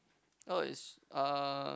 oh it's uh